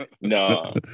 No